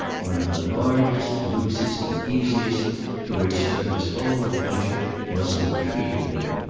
one of the largest, loosest and easiest to which strether's whole adventure was to have treated him.